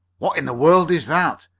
what in the world is that?